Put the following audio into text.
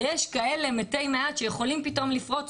יש כאלה מתי מעט שיכולים פתאום לפרוץ,